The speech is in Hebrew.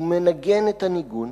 ומנגן את הניגון,